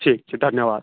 ठीक छै धन्यवाद